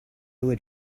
would